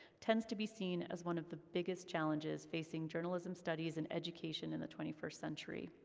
tends to be seen as one of the biggest challenges facing journalism studies in education in the twenty first century.